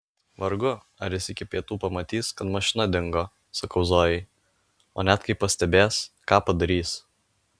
vargu ar jis iki pietų pamatys kad mašina dingo sakau zojai o net kai pastebės ką padarys